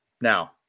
Now